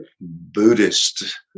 Buddhist